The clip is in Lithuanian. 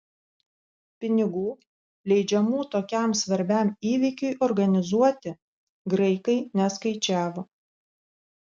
pinigų leidžiamų tokiam svarbiam įvykiui organizuoti graikai neskaičiavo